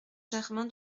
germain